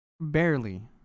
Barely